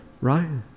right